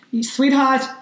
sweetheart